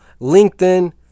LinkedIn